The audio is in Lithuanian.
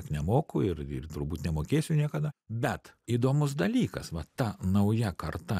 nemoku ir ir turbūt nemokėsiu niekada bet įdomus dalykas vat ta nauja karta